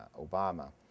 Obama